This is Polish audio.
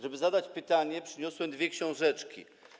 Żeby zadać pytanie, przyniosłem dwie książeczki.